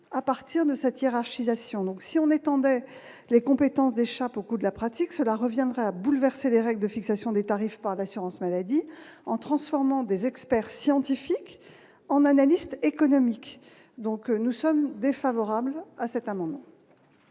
à partir de cette hiérarchisation, donc si on étendait les compétences des chapeaux de la pratique, cela reviendrait à bouleverser les règles de fixation des tarifs par l'assurance maladie en transformant des experts scientifiques en analyste économique, donc nous sommes défavorables à cet amendement.